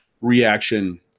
reaction